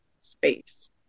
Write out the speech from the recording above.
space